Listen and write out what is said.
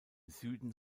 süden